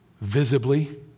visibly